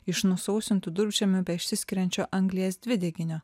iš nusausintų durpžemių beišsiskiriančio anglies dvideginio